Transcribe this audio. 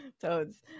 Toads